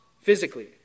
physically